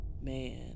Man